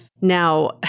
Now